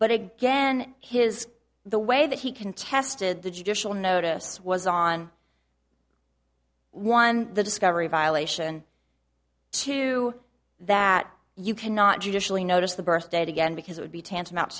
but again his the way that he contested the judicial notice was on one the discovery violation to that you cannot judicially notice the birth date again because it would be tantamount